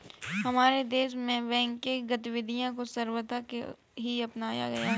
हमारे देश में बैंकिंग गतिविधियां को सर्वथा ही अपनाया गया है